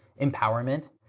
empowerment